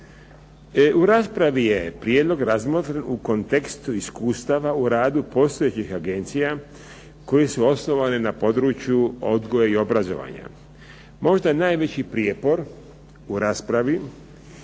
U raspravi je prijedlog razmotren u kontekstu iskustava u radu postojećih agencija koje su osnovane na području odgoja i obrazovanja. Možda je najveći prijepor u raspravi